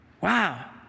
Wow